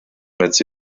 mit